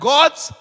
God's